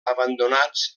abandonats